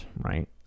right